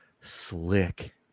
slick